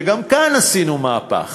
גם כאן עשינו מהפך,